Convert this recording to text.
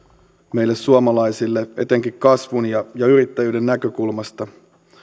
meille suomalaisille etenkin kasvun ja yrittäjyyden näkökulmasta